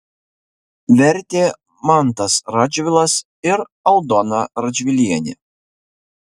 vertė mantas radžvilas ir aldona radžvilienė